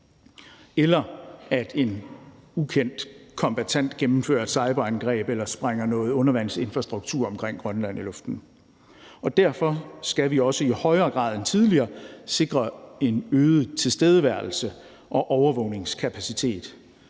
eller hvor en ukendt kombattant gennemfører et cyberangreb eller sprænger noget undervandsinfrastruktur omkring Grønland i luften. Derfor skal vi også i højere grad end tidligere sikre en øget tilstedeværelse og overvågningskapacitet